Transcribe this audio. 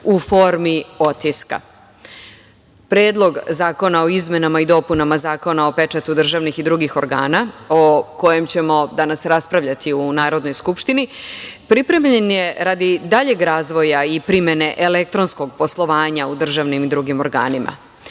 u formi otiska. Predlog zakona o izmenama i dopunama Zakona o pečatu državnih i drugih organa, o kojem ćemo danas raspravljati u Narodnoj skupštini pripremljen je radi daljeg razvoja i primene elektronskog poslovanja u državnim i drugim organima.